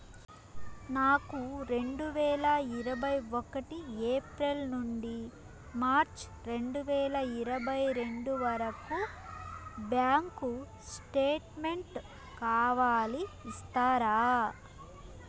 నాకు రెండు వేల ఇరవై ఒకటి ఏప్రిల్ నుండి మార్చ్ రెండు వేల ఇరవై రెండు వరకు బ్యాంకు స్టేట్మెంట్ కావాలి ఇస్తారా